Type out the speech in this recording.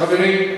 חברים,